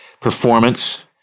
performance